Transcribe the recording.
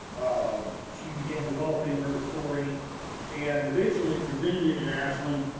um she began developing her story and eventually presented it at ashland.